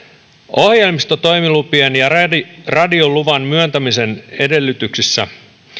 ohjelmistotoimilupien ja radioluvan myöntämisen edellytyksistä